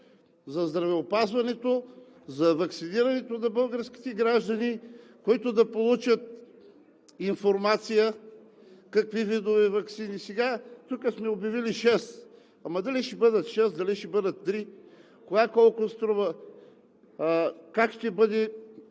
за здравеопазването, за ваксинирането на българските граждани, които да получат информация какви видове ваксини… Тук сме обявили шест, но дали ще бъдат шест, дали ще бъдат три, коя колко струва, как ще бъде?